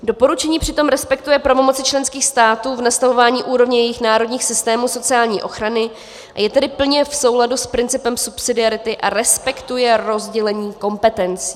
Doporučení přitom respektuje pravomoci členských států v nastavování úrovně jejich národních systémů sociální ochrany, je tedy plně v souladu s principem subsidiarity a respektuje rozdělení kompetencí.